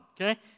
okay